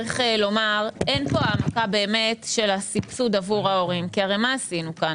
יש לומר אין פה העמקה באמת של הסבסוד עבור ההורים כי מה עשינו כאן